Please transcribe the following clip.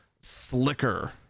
Slicker